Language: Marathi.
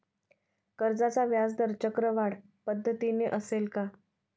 कर्जाचा व्याजदर चक्रवाढ पद्धतीने असेल का?